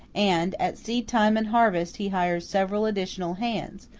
and at seed-time and harvest he hires several additional hands,